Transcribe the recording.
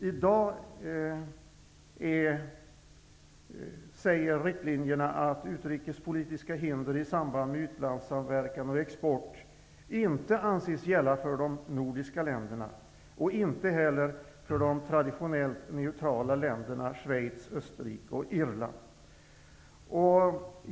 I dag säger riktlinjerna att utrikespolitiska hinder i samband med utlandssamverkan och export inte anses gälla för de nordiska länderna och inte heller för de traditionellt neutrala länderna Schweiz, Österrike och Irland.